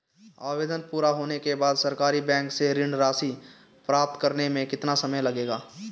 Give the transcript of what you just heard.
आवेदन पूरा होने के बाद सरकारी बैंक से ऋण राशि प्राप्त करने में कितना समय लगेगा?